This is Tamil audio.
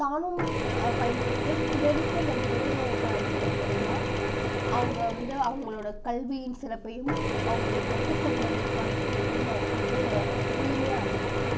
தானும் பயன் பெற்று பிறருக்கும் வந்து வேலைவாய்ப்பை அளிப்பதன் மூலயமா அவங்க வந்து அவங்களோட கல்வியின் சிறப்பையும் அவங்கள் கற்றுக் கொண்டதற்கான சிறப்பையும் அவங்க வந்து முழுமையா அடைவாங்க